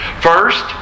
First